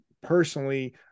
personally